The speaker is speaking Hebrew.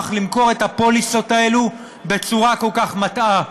למכור את הפוליסות האלה בצורה כל כך מטעה?